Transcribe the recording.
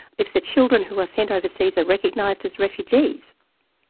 if the children who are sent overseas are recognised as refugees,